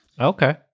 Okay